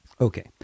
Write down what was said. Okay